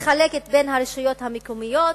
מתחלקת בין הרשויות המקומיות,